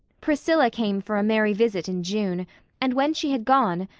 priscilla came for a merry visit in june and, when she had gone,